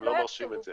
הן לא מרשות את זה.